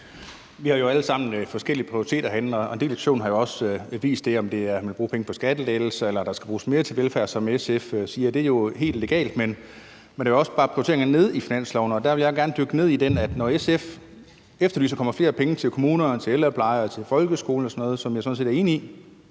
Vi har jo alle sammen forskellige prioriteter herinde, og en del af diskussionen har jo også vist, at det handler om, om man vil bruge penge på skattelettelser, eller om der skal bruges mere på velfærd, som SF siger. Det er jo helt legalt. Men der er jo også bare prioriteringer i finansloven, og der vil jeg gerne dykke ned i noget. Når SF efterlyser, at der kommer flere penge til kommunerne, til ældrepleje og til folkeskolen og sådan noget, hvad jeg sådan set er enig i,